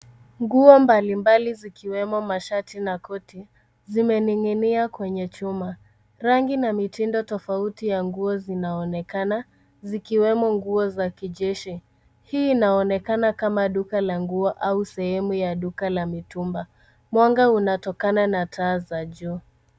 Nguo mbalimbali, zikiwemo mashati na koti, zimening'inia kwenye chuma. Rangi na mitindo tofauti ya nguo zinaonekana, zikiwemo nguo za kijeshi. Hii inaonekana kama duka la nguo au sehemu ya duka la mitumba. Mwanga unatokana na taa za juu.